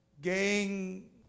gang